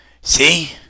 See